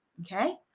Okay